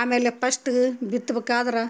ಆಮೇಲೆ ಪಸ್ಟ್ ಬಿತ್ಬೆಕಾದ್ರೆ